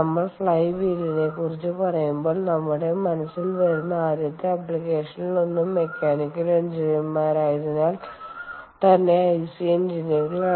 നമ്മൾ ഫ്ലൈ വീലിനെ ക്കുറിച്ച് പറയുമ്പോൾ നമ്മുടെ മനസ്സിൽ വരുന്ന ആദ്യത്തെ ആപ്ലിക്കേഷനുകളിലൊന്ന് മെക്കാനിക്കൽ എഞ്ചിനീയർമാരയതിനാൽ തന്നെ ഐസി എഞ്ചിനുകളാണ്